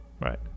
Right